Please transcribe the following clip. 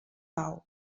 pau